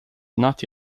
not